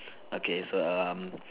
okay so um